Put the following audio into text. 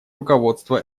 руководство